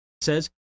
says